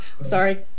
sorry